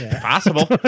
Possible